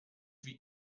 wie